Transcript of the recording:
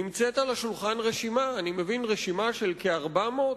נמצאת על השולחן רשימה, אני מבין שרשימה של כ-400,